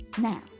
Now